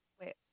Wait